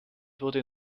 wurde